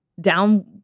down